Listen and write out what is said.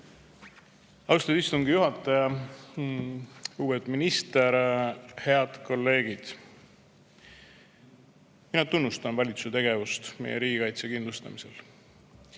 Austatud istungi juhataja! Lugupeetud minister! Head kolleegid! Mina tunnustan valitsuse tegevust meie riigikaitse kindlustamisel.